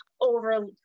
over